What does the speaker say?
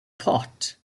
pot